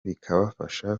bikabafasha